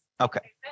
Okay